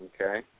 Okay